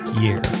year